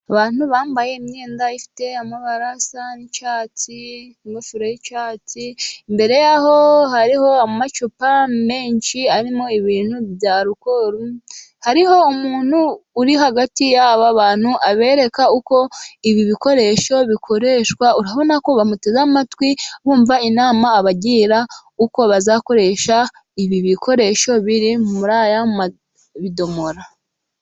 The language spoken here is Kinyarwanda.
Abantu bambaye imyenda ifite amabarasa y'icyatsi, ingofero y'icyatsi, imbere ya ho hariho amacupa menshi arimo ibintu bya rukoro, hariho umuntu uri hagati y'abantu abereka uko ibi bikoresho bikoreshwa, urabona ko bamuteze amatwi bumva inama abagira, uko bazakoresha ibi bikoresho biri muri aya bidomora.